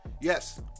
Yes